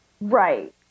Right